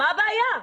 מה הבעיה?